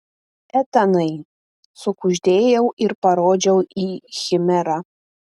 etanai sukuždėjau ir parodžiau į chimerą